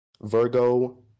Virgo